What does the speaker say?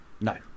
No